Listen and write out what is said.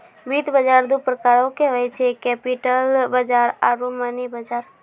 वित्त बजार दु प्रकारो के होय छै, कैपिटल बजार आरु मनी बजार